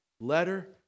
letter